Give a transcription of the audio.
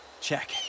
check